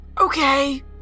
Okay